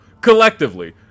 Collectively